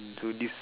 so this